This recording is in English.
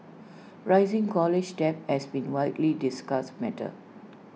rising college debt has been widely discussed matter